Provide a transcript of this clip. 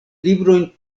librojn